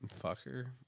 Fucker